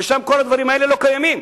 ושם הדברים האלה לא קיימים.